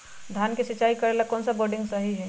धान के सिचाई करे ला कौन सा बोर्डिंग सही होई?